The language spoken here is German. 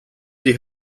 die